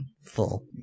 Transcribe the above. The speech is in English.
Full